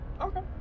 Okay